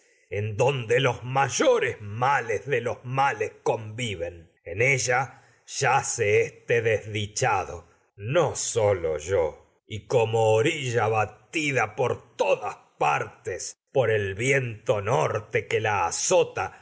en conviven como donde los mayores males de este desdichado los males en ella yace no sólo yo y orilla batida por todas azota con partes por el asi viento norte que la